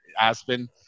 aspen